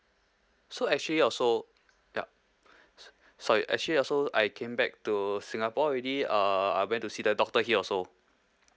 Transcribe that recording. so actually also yup s~ sorry actually also I came back to singapore already uh I went to see the doctor here also